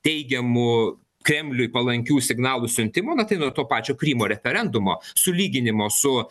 teigiamų kremliui palankių signalų siuntimo na tai nuo to pačio krymo referendumo sulyginimo su